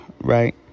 right